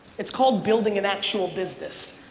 it's called building an actual business.